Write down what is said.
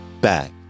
back